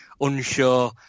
unsure